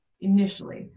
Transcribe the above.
initially